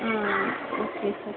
ah okay sir